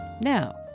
Now